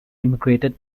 immigrated